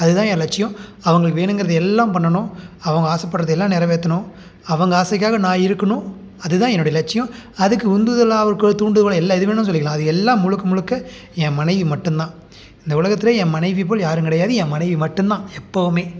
அது தான் என் லட்சியம் அவங்களுக்கு வேணுங்கிறது எல்லாம் பண்ணனும் அவங்கள் ஆசைப்பட்றத எல்லாம் நெறைவேத்தணும் அவங்கள் ஆசைக்காக நான் இருக்கணும் அது தான் என்னுடைய லட்சியம் அதுக்கு உந்துதலாக இருக்கிற தூண்டுகோல் எல்லாம் எது வேணுனா சொல்லிக்கலாம் அது எல்லாம் முழுக்க முழுக்க என் மனைவி மட்டும் தான் இந்த உலகத்துலேயே என் மனைவியை போல யாரும் கிடையாது என் மனைவி மட்டும் தான் எப்பவுமே